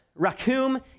Rakum